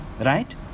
Right